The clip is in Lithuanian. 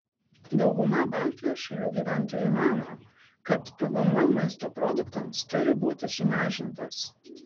dauguma baltijos šalių gyventojų mano kad pvm maisto produktams turi būti sumažintas